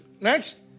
Next